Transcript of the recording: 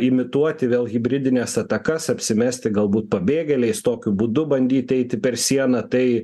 imituoti vėl hibridines atakas apsimesti galbūt pabėgėliais tokiu būdu bandyti eiti per sieną tai